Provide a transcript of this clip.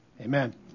amen